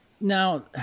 Now